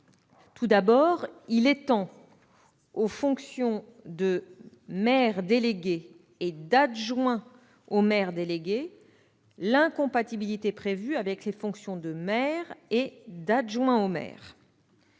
Tout d'abord, il vise à étendre, aux fonctions de maire délégué et d'adjoint au maire délégué, l'incompatibilité prévue avec les fonctions de maire et d'adjoint au maire.